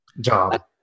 job